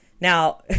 now